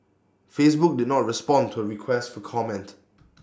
Facebook did not respond to A request for comment